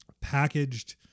packaged